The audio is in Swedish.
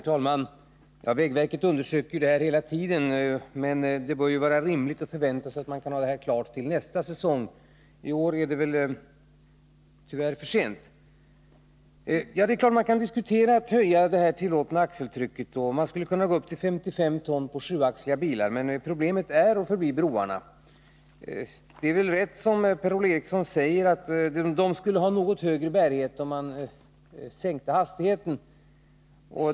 Herr talman! Vägverket undersöker frågan hela tiden, men det bör vara rimligt att förvänta sig att det kan vara klart till nästa säsong. I år är det väl tyvärr för sent. Det är klart att man kan diskutera en höjning av det tillåtna axeltrycket, exempelvis till 55 ton när det gäller sjuaxliga bilar. Men problemet är och förblir broarna. Det är väl rätt som Per-Ola Eriksson säger att de skulle ha en något större bärkraft, om man sänkte hastigheten.